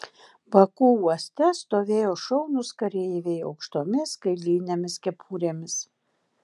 baku uoste stovėjo šaunūs kareiviai aukštomis kailinėmis kepurėmis